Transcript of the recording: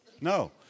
No